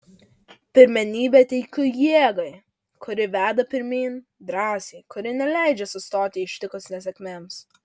pirmenybę teikiu jėgai kuri veda pirmyn drąsai kuri neleidžia sustoti ištikus nesėkmėms